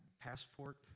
passport